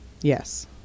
Yes